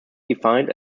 defined